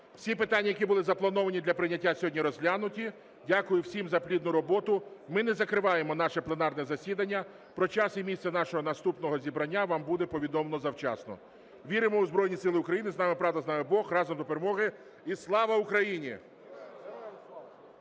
всі питання, які були заплановані для прийняття сьогодні, розглянуті. Дякую всім за плідну роботу. Ми не закриваємо наше пленарне засідання. Про час і місце нашого наступного зібрання вам буде повідомлено завчасно. Віримо у Збройні Сили України. З нами правда, з нами Бог! Разом до перемоги! І Слава Україні!